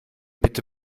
bitte